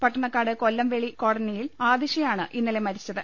പട്ടണക്കാട് കൊല്ലംവെളി കോളനിയിൽ ആദിഷയാണ് ഇന്നലെ മരിച്ചത്